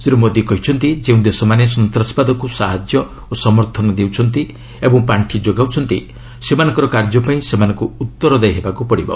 ଶ୍ରୀ ମୋଦୀ କହିଛନ୍ତି ଯେଉଁ ଦେଶମାନେ ସନ୍ତାସବାଦକୁ ସାହାଯ୍ୟ ଓ ସମର୍ଥନ ଦେଉଛନ୍ତି ଏବଂ ପାଖି ଯୋଗାଉଛନ୍ତି ସେମାନଙ୍କର କାର୍ଯ୍ୟ ପାଇଁ ସେମାନଙ୍କୁ ଉତ୍ତରଦାୟୀ ହେବାକୁ ପଡ଼ିବ